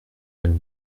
elles